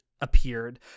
appeared